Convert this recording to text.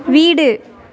வீடு